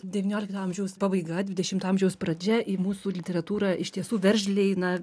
devyniolikto amžiaus pabaiga dvidešimto amžiaus pradžia į mūsų literatūrą iš tiesų veržliai na